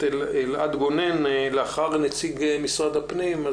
אלעד גונן שידבר אחרי נציג משרד הפנים.